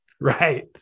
Right